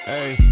Hey